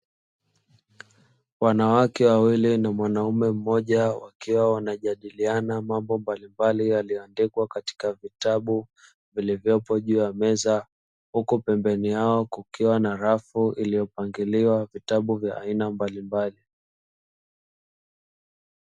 Binti mmoja mwenye tabasamu nzuri amesimama katikati ya darasa. Huku wameshikilia kompyuta mpakato mkononi mwake. Kwa furaha kubwa anajifunza kutumia programu.